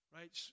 Right